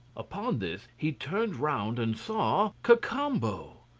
upon this he turned round and saw cacambo!